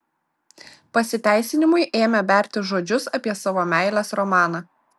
pasiteisinimui ėmė berti žodžius apie savo meilės romaną